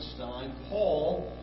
Paul